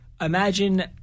imagine